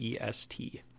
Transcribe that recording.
EST